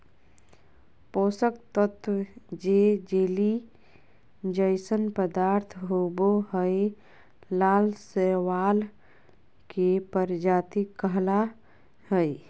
पोषक तत्त्व जे जेली जइसन पदार्थ होबो हइ, लाल शैवाल के प्रजाति कहला हइ,